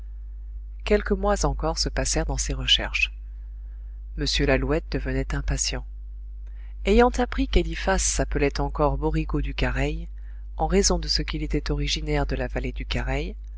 quelques mois encore se passèrent dans ces recherches m lalouette devenait impatient ayant appris qu'eliphas s'appelait encore borigo du careï en raison de ce qu'il était originaire de la vallée du careï